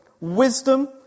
Wisdom